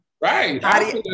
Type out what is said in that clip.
Right